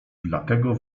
dlatego